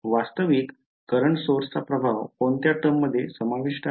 वास्तविक courrent source चा प्रभाव कोणत्या टर्म मध्ये समाविष्ट आहे